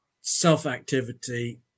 self-activity